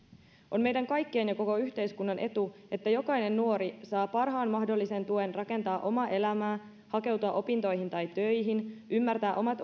on meidän kaikkien ja koko yhteiskunnan etu että jokainen nuori saa parhaan mahdollisen tuen rakentaa omaa elämäänsä hakeutua opintoihin tai töihin ymmärtää omat